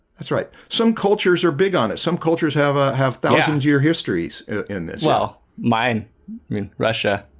that's right some cultures are big on it. some cultures have ah have thousands your histories in this well mine i mean russia,